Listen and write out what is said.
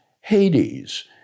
Hades